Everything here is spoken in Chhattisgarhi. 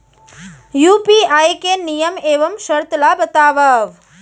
यू.पी.आई के नियम एवं शर्त ला बतावव